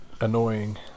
annoying